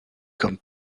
comme